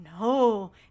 no